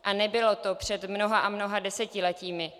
A nebylo to před mnoha a mnoha desetiletími.